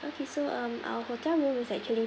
okay so um our hotel room is actually